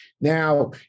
Now